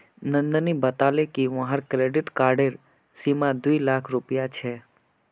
नंदनी बताले कि वहार क्रेडिट कार्डेर सीमा दो लाख रुपए छे